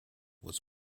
was